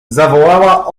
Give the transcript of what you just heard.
zawołała